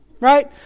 right